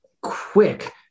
quick